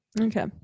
Okay